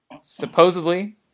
Supposedly